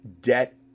debt